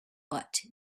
but